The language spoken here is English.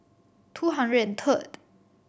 two hundred and